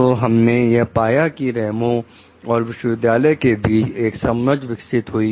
तो हमने यह पाया कि रेमो और विश्वविद्यालय के बीच एक समझ विकसित हुई